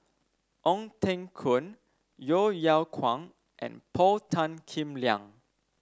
Ong Teng Koon Yeo Yeow Kwang and Paul Tan Kim Liang